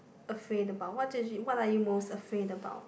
afraid about what what are you most afraid about